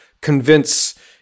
convince